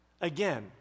again